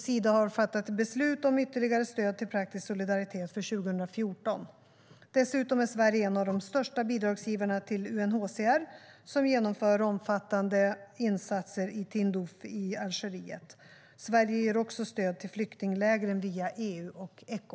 Sida har fattat beslut om ytterligare stöd till Praktisk Solidaritet för 2014. Dessutom är Sverige en av de största bidragsgivarna till UNHCR, som genomför omfattande insatser i Tindouf i Algeriet. Sverige ger också stöd till flyktinglägren via EU/Echo.